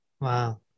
wow